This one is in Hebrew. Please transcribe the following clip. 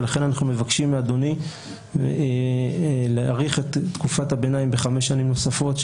ולכן אנחנו מבקשים מאדוני להאריך את תקופת הביניים בחמש שנים נוספות,